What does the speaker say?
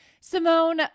simone